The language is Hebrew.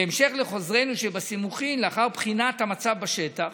בהמשך לחוזרנו שבסימוכין, לאחר בחינת המצב בשטח,